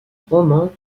roman